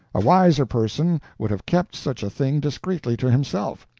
a wiser person would have kept such a thing discreetly to himself,